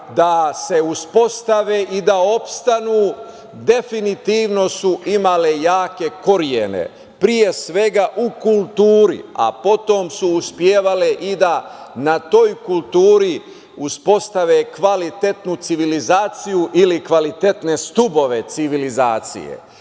da se uspostave i da opstanu, definitivno su imale jake korene, pre svega u kulturi, a potom su uspevale i da na toj kulturi uspostave kvalitetnu civilizaciju ili kvalitetne stubove civilizacije.